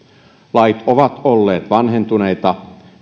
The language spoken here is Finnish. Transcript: lait ovat olleet vanhentuneita